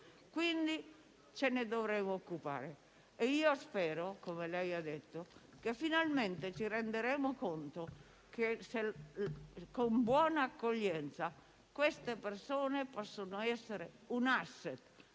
quindi ce ne dovremo occupare. Spero, come lei ha detto, che finalmente ci renderemo conto che, con una buona accoglienza, queste persone possono essere un *asset*